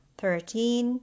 thirteen